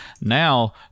now